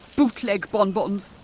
bootleg bonbons,